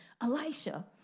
Elisha